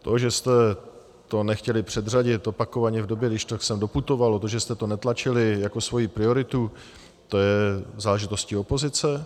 To, že jste to nechtěli předřadit opakovaně v době, když to sem doputovalo, to, že jste to netlačili jako svoji prioritu, to je záležitostí opozice?